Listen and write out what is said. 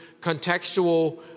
contextual